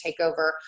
takeover